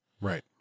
right